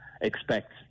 Expect